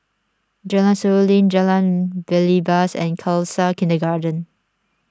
Jalan Seruling Jalan Belibas and Khalsa Kindergarten